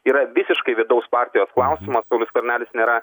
yra visiškai vidaus partijos klausimas saulius skvernelis nėra